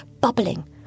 bubbling